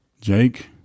Jake